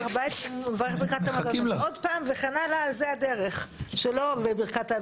זו הדרך שלו.